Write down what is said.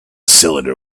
cylinder